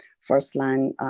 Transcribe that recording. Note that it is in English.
first-line